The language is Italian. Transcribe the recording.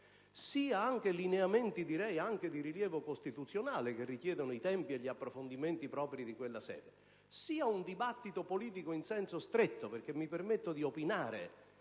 sia anche i lineamenti di rilievo costituzionale (che richiedono i tempi e gli approfondimenti propri di quella sede), sia un dibattito politico in senso stretto. Mi permetto di opinare,